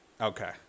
Okay